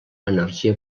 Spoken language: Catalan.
energia